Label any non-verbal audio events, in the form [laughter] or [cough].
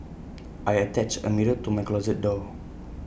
[noise] I attached A mirror to my closet door